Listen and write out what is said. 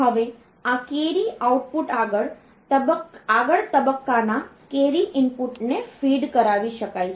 હવે આ carry output આગળ તબક્કાના કેરી ઈનપુટને ફીડ કરાવી શકાય છે